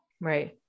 right